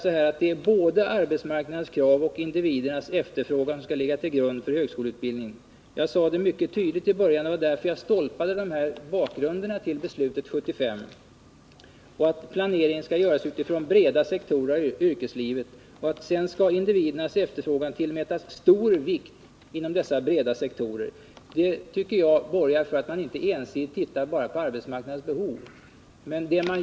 Vi har sagt att det är både arbetsmarknadens krav och individernas efterfrågan som skall ligga till grund för högskoleutbildningen. Jag sade det mycket tydligt i början av mitt inledningsanförande. Det var därför som jag stolpade bakgrunden till beslutet 1975. Vi har också sagt att planeringen skall göras utifrån breda Nr 61 sektorer av yrkeslivet och att individernas efterfrågan sedan skall tillmätas Onsdagen den stor vikt inom dessa breda sektorer. Det tycker jag borgar för att man inte 20 december 1978 ensidigt tittar bara på arbetsmarknadens behov.